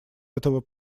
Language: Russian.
этого